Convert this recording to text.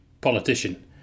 politician